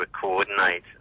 coordinate